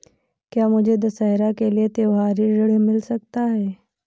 क्या मुझे दशहरा के लिए त्योहारी ऋण मिल सकता है?